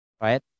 right